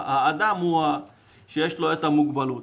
האדם יש לו מוגבלות.